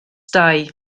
dau